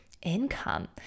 Income